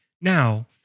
Now